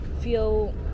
feel